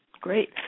Great